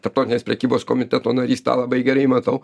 tarptautinės prekybos komiteto narys tą labai gerai matau